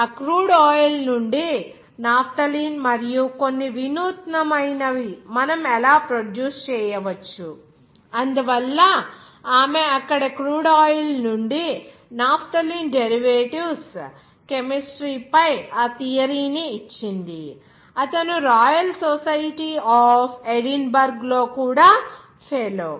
ఆ crude oil నుండి naphthalene మరియు కొన్ని వినూత్నమైనవి మనం ఎలా ప్రొడ్యూస్ చేయవచ్చు అందువల్ల ఆమె అక్కడి క్రూడ్ ఆయిల్ నుండి నాఫ్థలిన్ డెరివేటివ్స్ కెమిస్ట్రీ పై ఆ థియరీ ని ఇచ్చింది అతను రాయల్ సొసైటీ ఆఫ్ ఎడిన్బర్గ్ లో కూడా ఫెలో